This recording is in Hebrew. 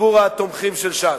לציבור התומכים של ש"ס,